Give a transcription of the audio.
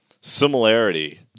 similarity